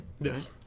Yes